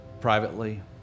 privately